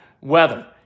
Weather